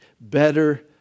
better